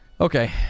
Okay